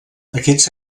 aquests